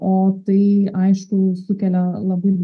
o tai aišku sukelia labai